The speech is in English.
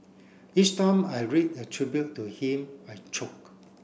each time I read a tribute to him I choke